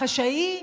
החשאי,